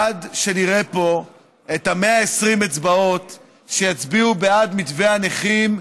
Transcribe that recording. עד שנראה פה את 120 האצבעות שיצביעו בעד מתווה הנכים,